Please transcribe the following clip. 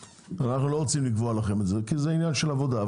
אנחנו לא רוצים לקבוע לכם את זה כי זה עניין של עבודה,